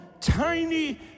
tiny